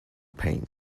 pain